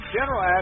General